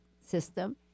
system